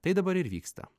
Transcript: tai dabar ir vyksta